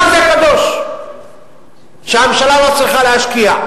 שזה קדוש שהממשלה לא צריכה להשקיע?